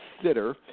consider